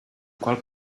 qual